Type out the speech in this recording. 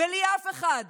ואף אחד,